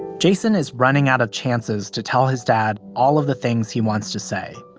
jason is running out of chances to tell his dad all of the things he wants to say.